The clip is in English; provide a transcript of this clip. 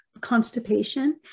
constipation